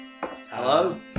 Hello